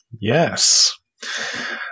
Yes